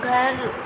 घर